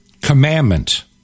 commandment